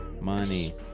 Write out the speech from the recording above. Money